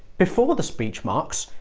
before the speech marks,